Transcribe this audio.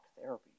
therapy